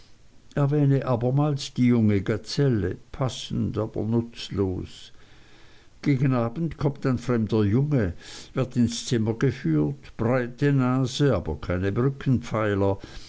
abermals die junge gazelle passend aber nutzlos gegen abend kommt ein fremder junge wird ins zimmer geführt breite nase aber keine brückenpfeiler